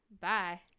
Bye